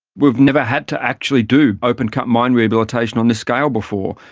we've never had to actually do open cut mine rehabilitation on this scale before.